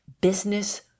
business